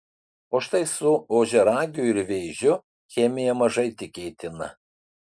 o štai su ožiaragiu ir vėžiu chemija mažai tikėtina